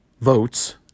votes